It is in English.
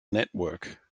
network